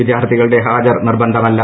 വിദ്യാർഥികളുടെ ഹാജർ നിർബന്ധമല്ല